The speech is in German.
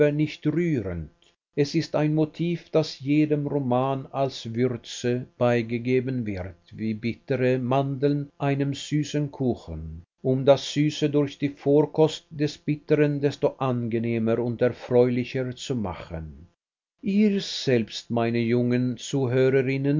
nicht rührend es ist ein motiv das jedem roman als würze beigegeben wird wie bittere mandeln einem süßen kuchen um das süße durch die vorkost des bitteren desto angenehmer und erfreulicher zu machen ihr selbst meine jungen zuhörerinnen